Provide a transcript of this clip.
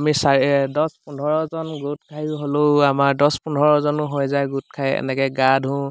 আমি চা দহ পোন্ধৰজন গোট খাই হ'লেও আমাৰ দহ পোন্ধৰজনো হৈ যায় গোট খাই এনেকৈ গা ধুওঁ